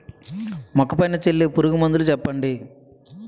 మొక్క పైన చల్లే పురుగు మందులు చెప్పండి?